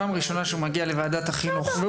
זו פעם ראשונה שהוא מגיע לוועדת החינוך,